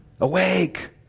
Awake